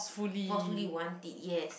forcefully want it yes